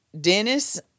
Dennis